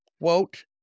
quote